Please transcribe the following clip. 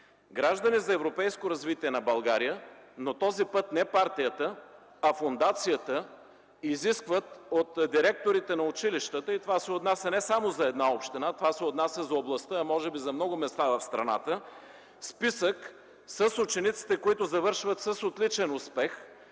„Граждани за европейско развитие на България”, но този път не партията, а фондацията изисква от директорите на училищата (това се отнася не само за една община, а за областта, може би и за много места в страната) списък с учениците, които завършват с отличен успех,